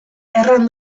erran